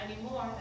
anymore